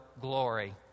glory